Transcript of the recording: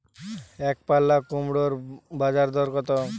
একপাল্লা কুমড়োর বাজার দর কত?